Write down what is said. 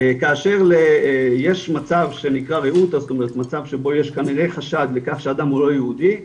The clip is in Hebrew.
כאשר יש מצב שיש כנראה חשד לכך שאדם הוא לא יהודי,